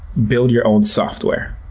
build your own software.